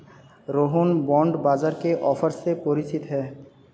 Rohan bond बाजार के offer से परिचित है